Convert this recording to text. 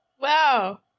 wow